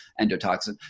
endotoxin